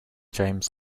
james